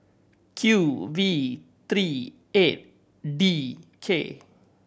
Q V three eight D K